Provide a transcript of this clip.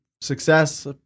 Success